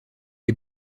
les